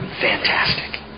Fantastic